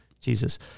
Jesus